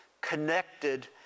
connected